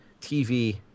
TV